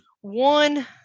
one